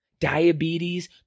Diabetes